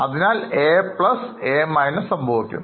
അതായത് Equipment ബാങ്കിൽ സംഭവിക്കുന്നു